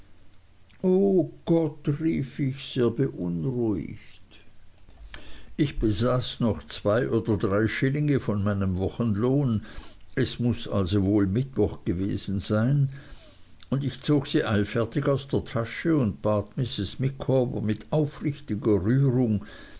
o gott rief ich sehr beunruhigt ich besaß noch zwei oder drei schillinge von meinem wochenlohn es muß also wohl mittwoch gewesen sein und ich zog sie eilfertig aus der tasche und bat mrs micawber mit aufrichtiger rührung